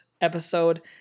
episode